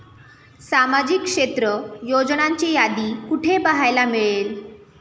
सामाजिक क्षेत्र योजनांची यादी कुठे पाहायला मिळेल?